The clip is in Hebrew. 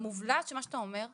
במובלעת של מה שאתה אומר,